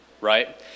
right